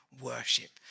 worship